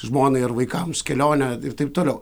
žmonai ar vaikams kelionę ir taip toliau